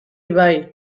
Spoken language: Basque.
bai